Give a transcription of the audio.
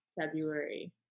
february